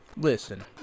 Listen